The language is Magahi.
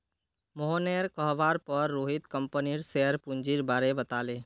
मोहनेर कहवार पर रोहित कंपनीर शेयर पूंजीर बारें बताले